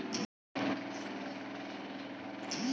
నా యొక్క బ్యాంకు ఖాతా నుండి డబ్బు వేరొకరికి ఎలా బదిలీ చేయాలి?